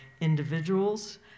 individuals